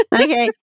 Okay